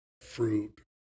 fruit